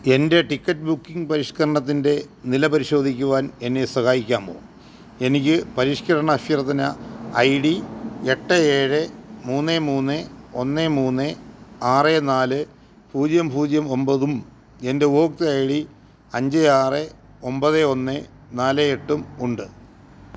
എൻ്റെ ticket booking പരിഷ്ക്കരണത്തിൻ്റെ നില പരിശോധിക്കുവാൻ എന്നെ സഹായിക്കാമോ എനിക്ക് പരിഷ്ക്കരണ അഭ്യർത്ഥന ഐ ഡി എട്ട് ഏഴ് മൂന്ന് മൂന്ന് ഒന്ന് മൂന്ന് ആറ് നാല് പൂജ്യം പൂജ്യം ഒൻപതും എൻ്റെ ഉപഭോക്തൃ ഐ ഡി അഞ്ച് ആറ് ഒൻപത് ഒന്ന് നാല് എട്ടും ഉണ്ട്